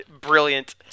brilliant